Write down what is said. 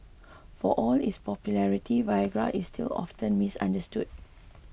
for all its popularity Viagra is still often misunderstood